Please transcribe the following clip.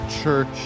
church